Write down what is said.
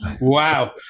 Wow